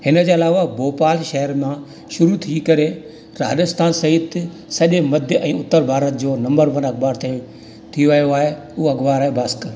हिनजे अलावा भोपाल शहर मां शुरू थी करे राजस्थान सहित सॼे मध्य ऐं उत्तर भारत जो नंबर वन अखबार थियो थी वियो आहे हूअ अख़बार आहे भास्कर